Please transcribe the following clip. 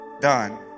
done